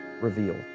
revealed